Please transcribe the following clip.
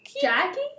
Jackie